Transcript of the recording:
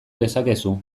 dezakezu